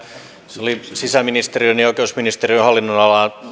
se oli sisäministeriön ja ja oikeusministeriön hallinnonalaan